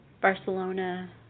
Barcelona